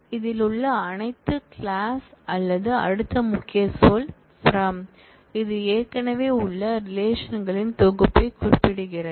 இதில் உள்ள அடுத்த கிளாஸ் அல்லது அடுத்த முக்கிய சொல் from இது ஏற்கனவே உள்ள ரிலேஷன்களின் தொகுப்பைக் குறிப்பிடுகிறது